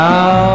Now